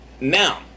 Now